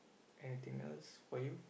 anything else for you